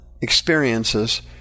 experiences